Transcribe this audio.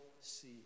see